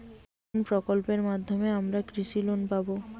কোন প্রকল্পের মাধ্যমে আমরা কৃষি লোন পাবো?